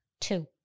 Two